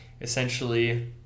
essentially